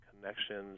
Connections